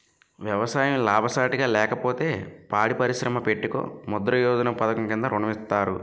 ఎవసాయం లాభసాటిగా లేకపోతే పాడి పరిశ్రమ పెట్టుకో ముద్రా యోజన పధకము కింద ఋణం ఇత్తారు